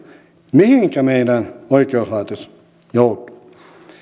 mihinkä meidän oikeuslaitoksemme joutuu